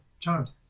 charmed